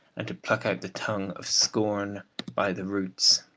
and to pluck out the tongue of scorn by the roots.